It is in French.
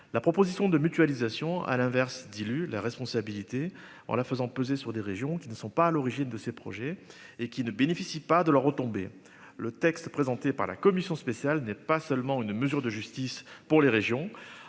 la proposition de mutualisation. À l'inverse dilue la responsabilité en la faisant peser sur des régions qui ne sont pas à l'origine de ces projets et qui ne bénéficient pas de la retombée, le texte présenté par la Commission spéciale n'est pas seulement une mesure de justice pour les régions